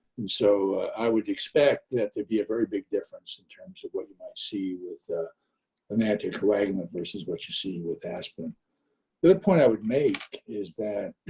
and so i would expect that there'd be a very big difference in terms of what you might see with ah an anticoagulant versus what you see with aspirin. the other point i would make is that